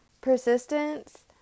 Persistence